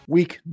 Week